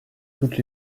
toutes